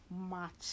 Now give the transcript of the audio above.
Match